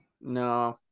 No